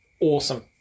awesome